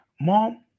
Mom